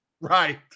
Right